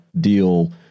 deal